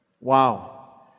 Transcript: Wow